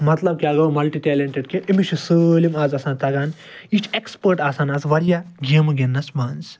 مَطلَب کیٛاہ گوٚو مَلٹی ٹیلٮ۪نٛٹِڈ کہِ أمِس چھ سٲلِم آز آسان تَگان یہِ چھ اٮ۪کٕسپٲٹ آز آسان واریاہ گیمہٕ گِنٛدنَس مَنٛز